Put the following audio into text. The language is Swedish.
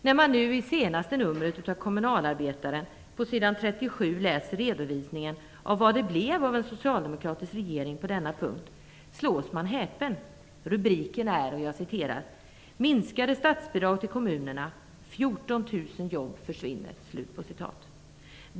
När man nu i senaste numret av Kommunalarbetaren på s. 37 läser redovisningen av vad det blev av en socialdemokratisk regering på denna punkt slås man av häpenhet. Rubriken är: "Minskade statsbidrag till kommunerna 14 000 jobb försvinner".